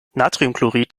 natriumchlorid